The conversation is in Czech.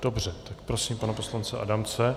Dobře, tak prosím pana poslance Adamce.